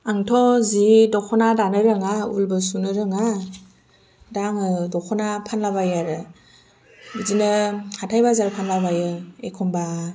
आंथ' जि दख'ना दानो रोङा उलबो सुनो रोङा दा आङो दख'ना फानलाबायो आरो बिदिनो हाथाय बाजार फानलाबायो एखनबा